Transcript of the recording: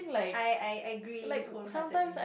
I I agree wholeheartedly